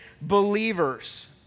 believers